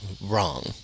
wrong